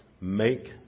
make